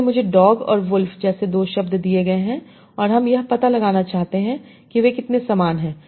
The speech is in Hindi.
इसलिए मुझे डॉग और वुल्फ जैसे 2 शब्द दिए गए हैं और हम यह पता लगाना चाहते हैं कि वे कितने समान हैं